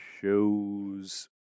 shows